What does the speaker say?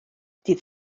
ddydd